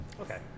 Okay